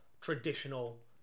traditional